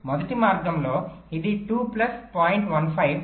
మొదటి మార్గంలో ఇది 2 ప్లస్ 0